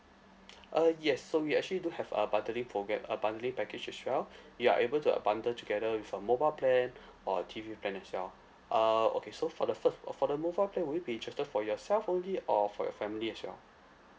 uh yes so we actually do have a bundling program uh bundling package as well you are able to a bundle together with a mobile plan or a T_V plan as well uh okay so for the first uh for the mobile plan would you be interested for yourself only or for your family as well